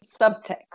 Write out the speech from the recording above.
subtext